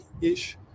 ish